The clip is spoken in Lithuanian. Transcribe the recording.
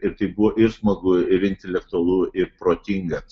ir tai buvo ir smagu ir intelektualu ir protinga